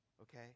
Okay